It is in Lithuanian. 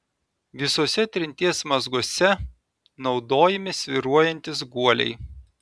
visuose trinties mazguose naudojami svyruojantys guoliai